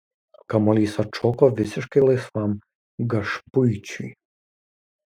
kamuolys atšoko visiškai laisvam gašpuičiui